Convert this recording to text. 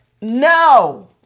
No